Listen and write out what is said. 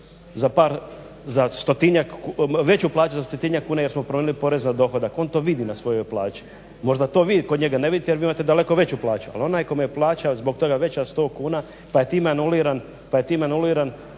je netko dobio nešto veću plaću za stotinjak kuna jer smo promijenili porez na dohodak, on to vidi na svojoj plaći. Možda vi to kod njega ne vidite jel vi imate daleko veću plaću, ali onaj kome je zbog toga plaća veća 100kn pa je tim anuliran povećanje